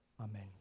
Amen